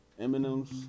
Eminem's